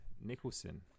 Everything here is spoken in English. Nicholson